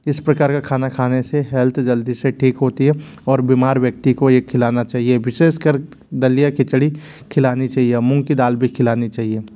इस प्रकार का खाना खाने से हेल्थ जल्दी से ठीक होती है और बीमार व्यक्ति को ये खिलाना चाहिए विशेष कर दलिया खिचड़ी खिलानी चाहिए मूंग की दाल भी खिलानी चाहिए